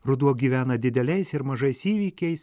ruduo gyvena dideliais ir mažais įvykiais